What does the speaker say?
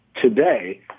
today